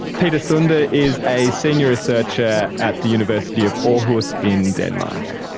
peter sunde ah is a senior researcher at the university of aarhus in denmark